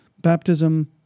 baptism